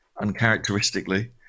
Uncharacteristically